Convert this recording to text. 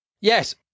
Yes